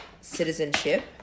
citizenship